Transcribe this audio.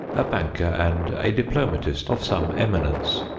a banker and a diplomatist of some eminence.